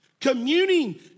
Communing